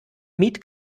meat